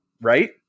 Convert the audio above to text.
right